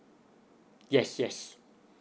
yes yes